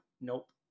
nope